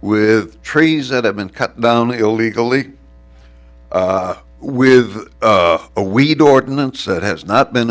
with trees that have been cut down illegally with a weed ordinance that has not been